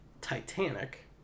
titanic